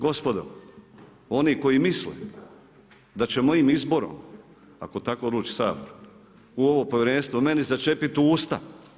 Stoga, gospodo oni koji misle da će mojim izborom ako tako odluči Sabor u ovo povjerenstvo meni začepiti usta.